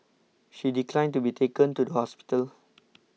she declined to be taken to the hospital